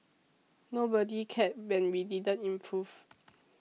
nobody cared when we didn't improve